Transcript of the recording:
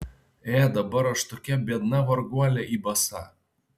ė dabar aš tokia biedna varguolė į basa